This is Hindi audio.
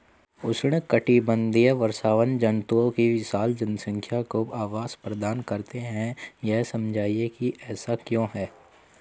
उष्णकटिबंधीय वर्षावन जंतुओं की विशाल जनसंख्या को आवास प्रदान करते हैं यह समझाइए कि ऐसा क्यों है?